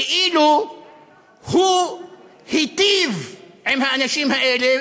כאילו הוא היטיב עם האנשים האלה,